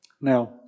Now